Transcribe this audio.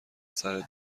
سرت